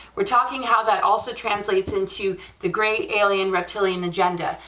we're talking how that also translates into the grey alien reptilian agenda,